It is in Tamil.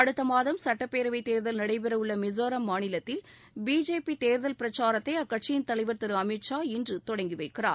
அடுத்தமாதம் சட்டப்பேரவைத் தேர்தல் நடைபெற உள்ள மிஸோரம் மாநிலத்தில் பிஜேபி தேர்தல் பிரச்சாரத்தை அக்கட்சியின் தலைவர் திரு அமித்ஷா இன்று தொடங்கி வைக்கிறார்